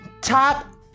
Top